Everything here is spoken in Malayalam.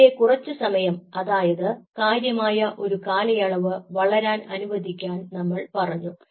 അവയെ കുറച്ചുസമയം അതായത് കാര്യമായ ഒരു കാലയളവ് വളരാൻ അനുവദിക്കാൻ നമ്മൾ പറഞ്ഞു